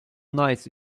nice